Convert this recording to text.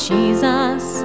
Jesus